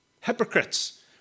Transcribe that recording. hypocrites